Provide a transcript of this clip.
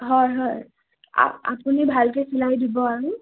হয় হয় আপ আপুনি ভালকৈ চিলাই দিব আৰু